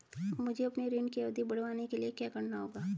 मुझे अपने ऋण की अवधि बढ़वाने के लिए क्या करना होगा?